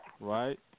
right